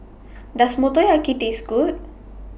Does Motoyaki Taste Good